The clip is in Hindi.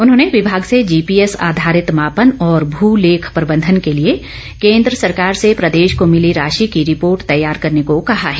उन्होंने विभाग से जीपीएस आधारित मापन और भू लेख प्रबंधन के लिए केन्द्र सरकार से प्रदेश को भिली राशि की रिपोर्ट तैयार करने को कहा है